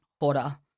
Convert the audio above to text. order